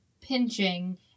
pinching